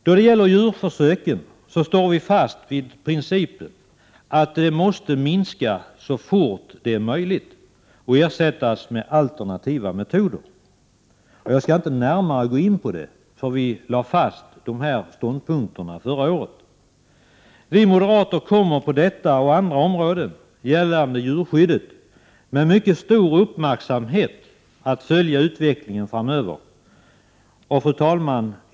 Då det gäller djurförsöken står vi fast vid principen att de så fort som möjligt måste minska och ersättas med alternativa metoder. Jag skall inte närmare gå in på det, då dessa ståndpunkter lades fast förra året. Vi moderater kommer på detta och andra områden gällande djurskyddet att med mycket stor uppmärksamhet följa utvecklingen framöver. Fru talman!